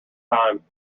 time